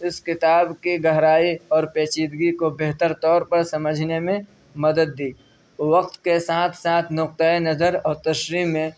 اس کتاب کی گہرائی اور پیچیدگی کو بہتر طور پر سمجھنے میں مدد دی وقت کے ساتھ ساتھ نقطۂِ نظر اور تشریح میں